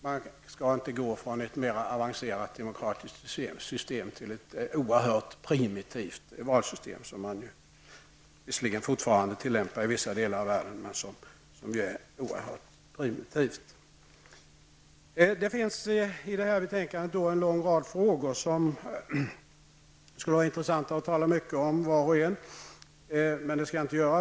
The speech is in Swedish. Man skall inte gå från ett mer avancerat demokratiskt system till ett valsystem som man visserligen fortfarande tillämpar i vissa delar av världen, men som är oerhört primitivt. Det finns i det här betänkandet en lång rad frågor som var och en skulle vara intressanta att tala mycket om, men det skall jag inte göra.